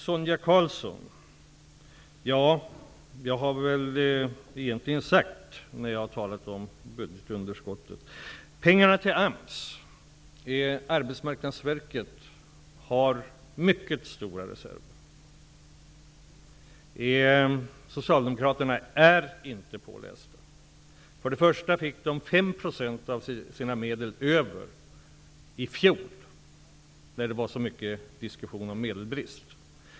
Sonia Karlssons inlägg har jag väl egentligen kommenterat när jag har talat om budgetunderskottet. Arbetsmarknadsverket har mycket stora reserver. Socialdemokraterna är inte pålästa. För det första blev 5 % av AMS medel över i fjol, när det var så mycket diskussion om medelbrist.